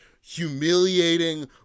humiliating